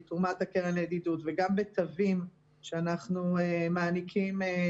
איזה כלים יש לכם לדעת שאנחנו לא שומעים כי זה לא מתקיים ולא כי,